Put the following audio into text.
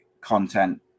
content